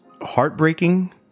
heartbreaking